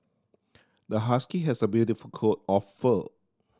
the husky has a beautiful coat of fur